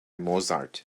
mozart